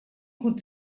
could